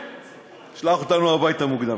שלח אותנו הביתה מוקדם.